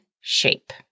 shape